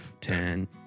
Ten